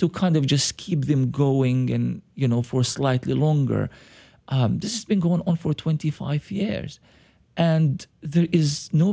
to kind of just keep them going you know for slightly longer this is been going on for twenty five years and there is no